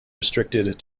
restricted